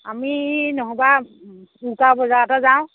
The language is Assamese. আমি নহ'বা চুঙ্কা বজাৰতে যাওঁ